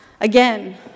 again